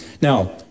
Now